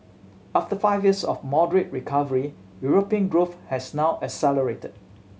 after five years of moderate recovery European growth has now accelerated